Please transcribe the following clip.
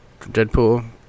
Deadpool